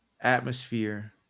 atmosphere